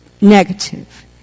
negative